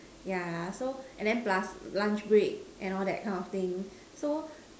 yeah so and then plus lunch break and all that kind of thing so